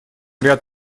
ряд